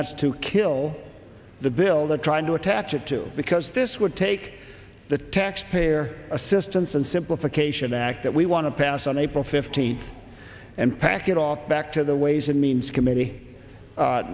that's to kill the bill the trying to attach it to because this would take the taxpayer assistance and simplification act that we want to pass on april fifteenth and pack it all back to the ways and means committee